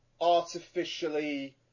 artificially